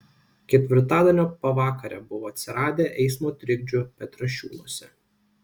ketvirtadienio pavakarę buvo atsiradę eismo trikdžių petrašiūnuose